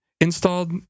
installed